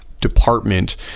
department